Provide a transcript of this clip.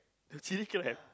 the chilli crab